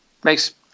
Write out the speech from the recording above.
Thanks